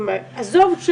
עזוב,